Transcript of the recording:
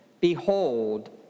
behold